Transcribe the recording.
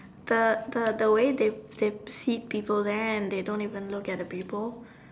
the the the way they they see people there and they don't even look at the people